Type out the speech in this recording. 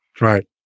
Right